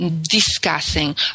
discussing